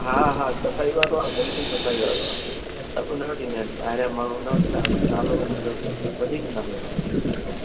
हा हा सफ़ाई वारो आहे बिल्कुलु सफ़ाई वारो आहे सभु हुन वटि ईंदा आहिनि ॿाहिरां जा माण्हू हुन वटि नालो हुनजो वधीक नालो आहे हुनजो सुठो